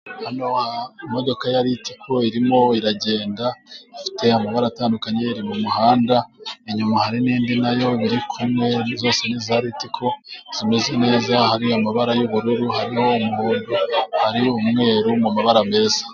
Imodoka ya Ritiko irimo iragenda ifite amabara atandukanye mu muhanda, inyuma hari n'indi na yo biri kumwe, zose ni iza Ritiko zimeze neza, hari amabara y'ubururu hari umuhondo hari n'umweru mu mabara meza.